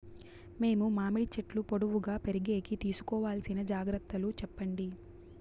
మేము మామిడి చెట్లు పొడువుగా పెరిగేకి తీసుకోవాల్సిన జాగ్రత్త లు చెప్పండి?